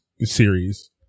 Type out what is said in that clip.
series